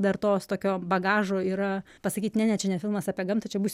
dar tos tokio bagažo yra pasakyt ne ne čia ne filmas apie gamtą čia bus